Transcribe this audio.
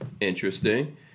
Interesting